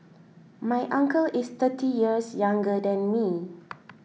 my uncle is thirty years younger than me